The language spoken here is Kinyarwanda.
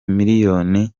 miliyoni